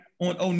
on